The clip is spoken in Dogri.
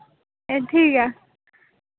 एह् ठीक ऐ